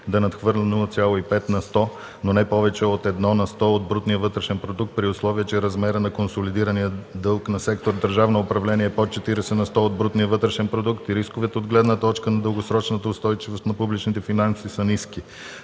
да надхвърля 0,5 на сто, но не повече от 1 на сто от брутния вътрешен продукт, при условие че размерът на консолидирания дълг на сектор „Държавно управление” е под 40 на сто от брутния вътрешен продукт и рисковете от гледна точка на дългосрочната устойчивост на публичните финанси са ниски.